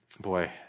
Boy